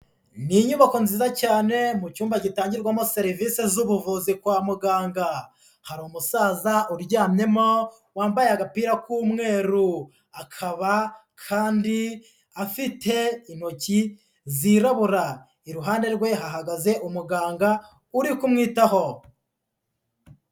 Ni inyubako nziza cyane mu cyumba gitangirwamo serivisi z'ubuvuzi kwa muganga, hari umusaza uryamyemo wambaye agapira k'umweru, akaba kandi afite intoki zirabura, iruhande rwe hahagaze umuganga uri kumwitaho.